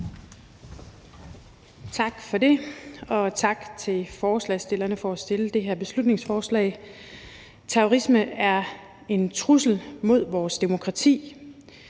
Tak for det, og tak til forslagsstillerne for at fremsætte det her beslutningsforslag. Terrorisme er en trussel mod vores demokrati,